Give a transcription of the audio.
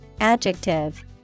Adjective